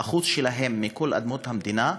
השיעור שלהם מכל אדמות המדינה מגיע,